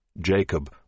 Jacob